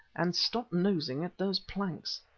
and stop nosing at those planks.